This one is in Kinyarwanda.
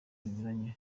binyuranye